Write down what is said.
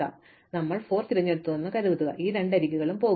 അതിനാൽ ഞങ്ങൾ 4 തിരഞ്ഞെടുത്തുവെന്ന് കരുതുക പിന്നീട് ഈ രണ്ട് അരികുകളും പോകും